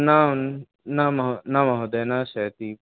न न न महोदय न शयति